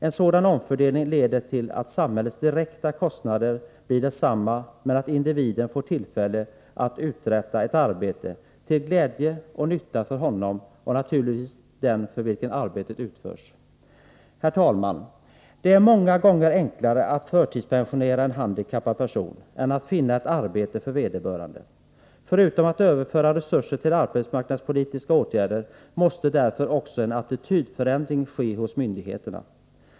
En sådan omfördelning leder till att samhällets direkta kostnader blir desamma men att individen får tillfälle att uträtta ett arbete till glädje och nytta för honom och — naturligtvis — den för vilken arbetet utförs. Herr talman! Det är många gånger enklare att förtidspensionera en handikappad person än att finna ett arbete för vederbörande. Förutom att överföra resurser till arbetsmarknadspolitiska åtgärder måste därför också en attitydförändring ske hos myndigheterna.